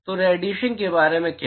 तो रेडिएशन के बारे में क्या